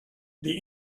the